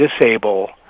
disable